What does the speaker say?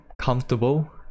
comfortable